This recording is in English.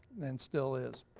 and still is.